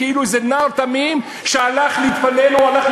כאילו זה נער תמים שהלך להתפלל או הלך,